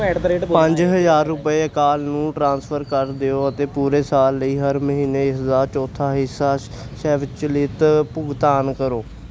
ਪੰਜ ਹਜ਼ਾਰ ਰੁਪਏ ਅਕਾਲ ਨੂੰ ਟ੍ਰਾਂਸਫਰ ਕਰ ਦਿਓ ਅਤੇ ਪੂਰੇ ਸਾਲ ਲਈ ਹਰ ਮਹੀਨੇ ਇਸਦਾ ਚੌਥਾ ਹਿੱਸਾ ਸਵੈਚਲਿਤ ਭੁਗਤਾਨ ਕਰੋ